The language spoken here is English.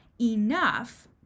enough